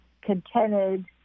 contented